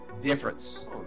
difference